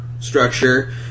structure